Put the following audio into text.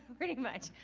pretty much,